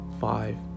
five